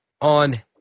on